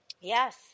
Yes